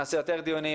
נעשה יותר דיונים,